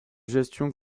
gestion